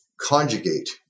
conjugate